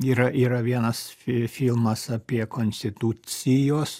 yra yra vienas filmas apie konstitucijos